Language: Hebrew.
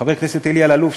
חבר הכנסת אלי אלאלוף,